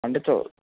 అంటే చూ